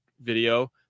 video